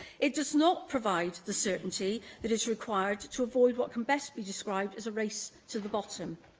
it does not provide the certainty that is required to to avoid what can best be described as a race to the bottom.